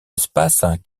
espaces